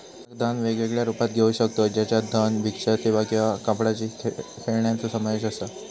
याक दान वेगवेगळ्या रुपात घेऊ शकतव ज्याच्यात धन, भिक्षा सेवा किंवा कापडाची खेळण्यांचो समावेश असा